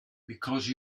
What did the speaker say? because